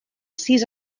sis